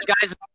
Guys